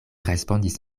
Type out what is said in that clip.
respondis